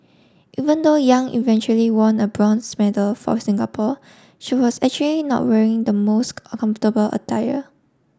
even though Yang eventually won a bronze medal for Singapore she was actually not wearing the most comfortable attire